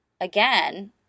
again